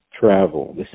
travel